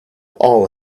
all